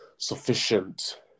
sufficient